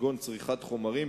כגון צריכת חומרים,